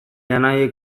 anaiek